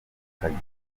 ubwenge